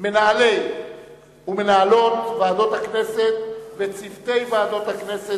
למנהלי ומנהלות ועדות הכנסת וצוותי ועדות הכנסת,